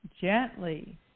gently